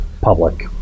public